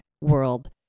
world